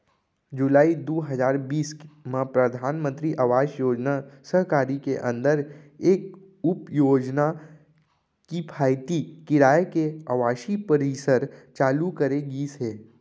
जुलाई दू हजार बीस म परधानमंतरी आवास योजना सहरी के अंदर एक उपयोजना किफायती किराया के आवासीय परिसर चालू करे गिस हे